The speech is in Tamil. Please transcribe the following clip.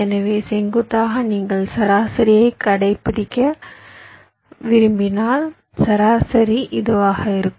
எனவே செங்குத்தாக நீங்கள் சராசரியைக் கண்டுபிடிக்க விரும்பினால் சராசரி இதுவாக இருக்கும்